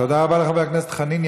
תודה רבה לחבר הכנסת חנין.